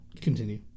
Continue